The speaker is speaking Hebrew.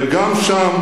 וגם שם